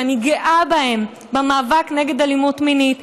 שאני גאה בהם: במאבק נגד אלימות מינית,